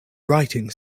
writing